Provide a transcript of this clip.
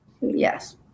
yes